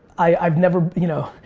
i've never, you know,